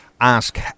Ask